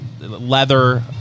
leather